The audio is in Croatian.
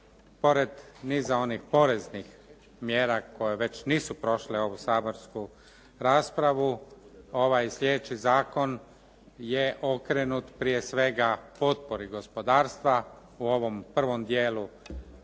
Pored niza onih poreznih mjera koje već nisu prošle ovu saborsku raspravu ovaj i sljedeći zakon je okrenut prije svega potpori gospodarstva u ovom prvom dijelu